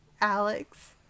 Alex